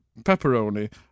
pepperoni